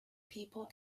people